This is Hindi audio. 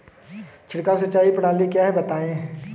छिड़काव सिंचाई प्रणाली क्या है बताएँ?